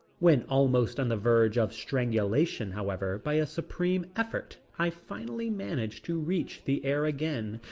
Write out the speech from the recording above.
when almost on the verge of strangulation, however, by a supreme effort i finally managed to reach the air again,